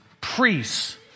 priests